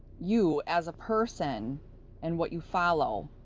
you as a person and what you follow